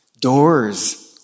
doors